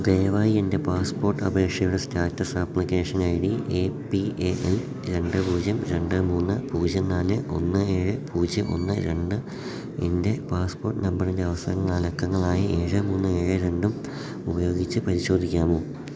ദയവായി എൻ്റെ പാസ്പോട്ട് അപേക്ഷയുടെ സ്റ്റാറ്റസ് ആപ്ലിക്കേഷൻ ഐ ഡി എ പി എ എൽ രണ്ട് പൂജ്യം രണ്ട് മൂന്ന് പൂജ്യം നാല് ഒന്ന് ഏഴ് പൂജ്യം ഒന്ന് രണ്ട് എൻ്റെ പാസ്പോട്ട് നമ്പറിൻ്റെ അവസാന നാലക്കങ്ങളായ ഏഴ് മൂന്ന് ഏഴ് രണ്ടും ഉപയോഗിച്ച് പരിശോധിക്കാമോ